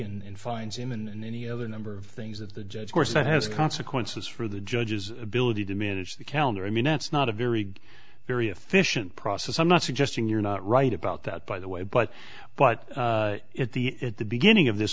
and finds him and any other number of things that the judge course that has consequences for the judges ability to manage the calendar i mean that's not a very very efficient process i'm not suggesting you're not right about that by the way but but at the at the beginning of this